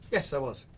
yes, i was.